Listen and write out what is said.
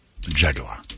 Jaguar